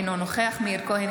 אינו נוכח מאיר כהן,